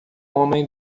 homem